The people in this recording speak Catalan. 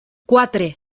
quatre